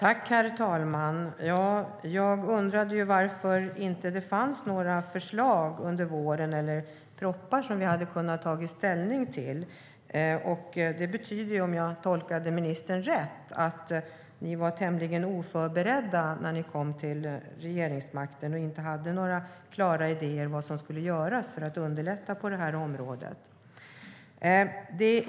Herr talman! Jag undrade varför det inte fanns några förslag och propositioner under våren som vi hade kunnat ta ställning till. Det betyder, om jag tolkade ministern rätt, att ni var tämligen oförberedda när ni kom till regeringsmakten och inte hade några klara idéer om vad som skulle göras för att underlätta på detta område.